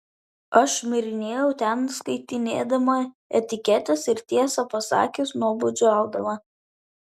aš šmirinėjau ten skaitinėdama etiketes ir tiesą pasakius nuobodžiaudama